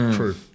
true